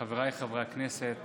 חבריי חברי הכנסת,